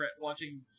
watching